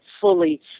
fully